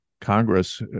Congress